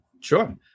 Sure